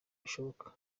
bishoboka